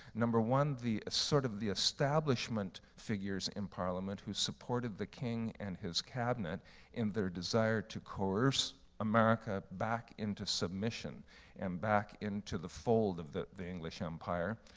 number one, sort of the establishment figures in parliament who supported the king and his cabinet in their desire to coerce america back into submission and back into the fold of the the english empire.